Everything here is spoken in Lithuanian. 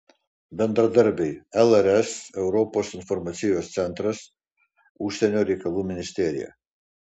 bendradarbiai lrs europos informacijos centras užsienio reikalų ministerija